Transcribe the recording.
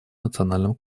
национальном